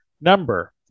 number